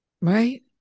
right